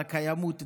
לקיימות,